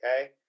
okay